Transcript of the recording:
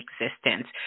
existence